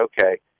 okay